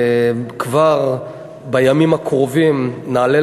שכבר בימים הקרובים נעלה,